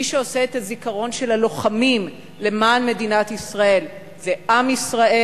מי שעושה את הזיכרון של הלוחמים למען מדינת ישראל זה עם ישראל,